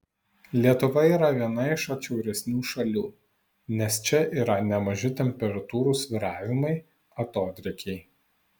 lietuva yra viena iš atšiauresnių šalių nes čia yra nemaži temperatūrų svyravimai atodrėkiai